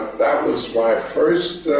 that was my first